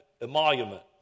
emolument